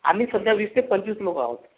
आम्ही सध्या वीस ते पंचवीस लोकं आहोत